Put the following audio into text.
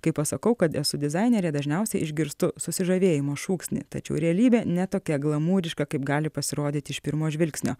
kai pasakau kad esu dizainerė dažniausiai išgirstu susižavėjimo šūksnį tačiau realybė ne tokia glamūriška kaip gali pasirodyti iš pirmo žvilgsnio